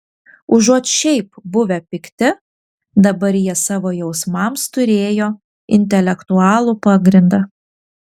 užuot šiaip buvę pikti dabar jie savo jausmams turėjo intelektualų pagrindą